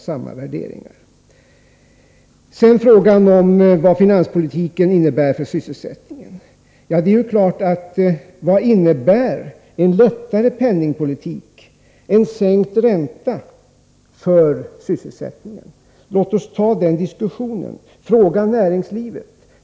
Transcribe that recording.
Sedan frågan om vad finanspolitiken innebär för sysselsättningen. Ja, vad innebär en lättare penningpolitik, en sänkt ränta för sysselsättningen? Låt oss ta den diskussionen och fråga näringslivet.